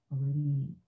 already